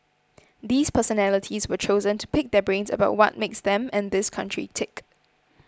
these personalities were chosen to pick their brains about what makes them and this country tick